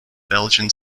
belgian